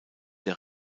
der